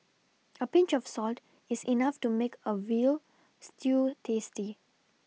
a Pinch of salt is enough to make a veal stew tasty